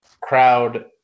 crowd